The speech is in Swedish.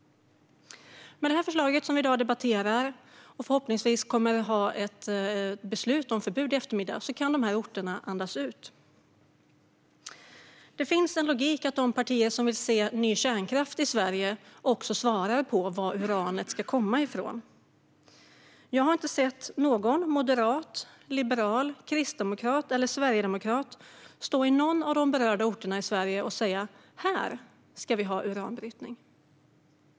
Med det förslag som vi här debatterar och som vi förhoppningsvis kommer att få ett beslut om i eftermiddag kan dessa orter andas ut. Det finns en logik i att de partier som vill se ny kärnkraft i Sverige också berättar var uranet ska komma ifrån. Jag har inte sett någon moderat, liberal, kristdemokrat eller sverigedemokrat stå i någon av de berörda orterna i Sverige och säga: Här ska vi ha uranbrytning.